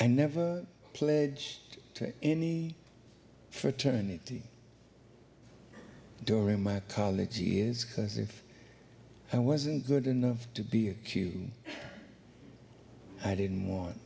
i never pledged to any fraternity during my college years because if i wasn't good enough to be a q i didn't want